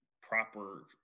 proper